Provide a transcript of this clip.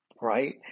right